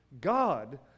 God